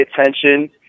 attention